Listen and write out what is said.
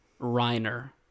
Reiner